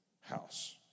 house